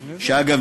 שאגב,